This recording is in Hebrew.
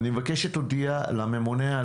ואני מקווה שהנתונים יהיו מעודכנים יותר,